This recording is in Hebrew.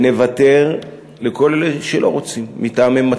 זה החוק שהצעתי.